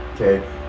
okay